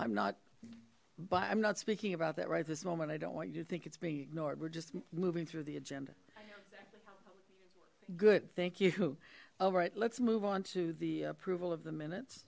i'm not but i'm not speaking about that right this moment i don't want you to think it's being ignored we're just moving through the agenda good thank you all right let's move on to the approval of the minutes